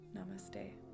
Namaste